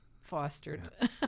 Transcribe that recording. fostered